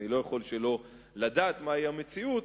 ואני לא יכול שלא לדעת מהי המציאות,